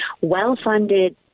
well-funded